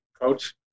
coach